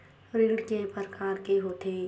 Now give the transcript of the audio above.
ऋण के प्रकार के होथे?